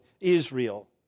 Israel